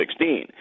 2016